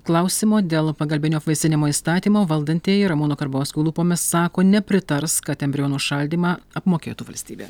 klausimo dėl pagalbinio apvaisinimo įstatymo valdantieji ramūno karbauskio lūpomis sako nepritars kad embrionų šaldymą apmokėtų valstybė